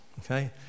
okay